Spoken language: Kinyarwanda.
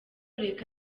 reka